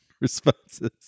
responses